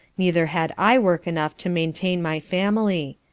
neither had i work enough to maintain my family.